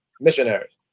missionaries